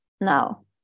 now